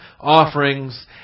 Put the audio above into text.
offerings